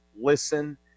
listen